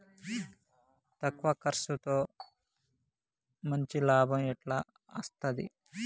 తక్కువ కర్సుతో మంచి లాభం ఎట్ల అస్తది?